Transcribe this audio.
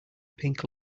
pink